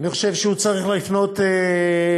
אני חושב שהוא צריך לפנות לבית-משפט.